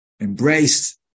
embraced